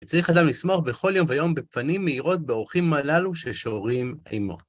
וצריך אדם לשמוח בכל יום ויום בפנים מאירות באורחים הללו ששורים עימו.